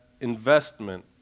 investment